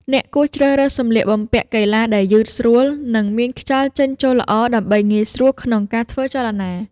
អ្នកគួរជ្រើសរើសសម្លៀកបំពាក់កីឡាដែលយឺតស្រួល និងមានខ្យល់ចេញចូលល្អ ដើម្បីងាយស្រួលក្នុងការធ្វើចលនា។